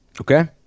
Okay